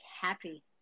happy